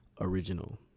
original